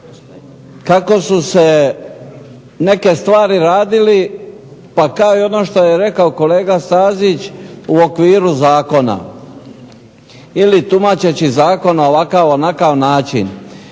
kako su se neke stvari radili, pa kao i ono što je rekao kolega Stazić u okviru zakona. Ili tumačeći zakon na ovakav, onakav